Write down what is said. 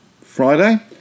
Friday